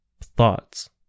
thoughts